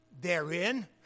therein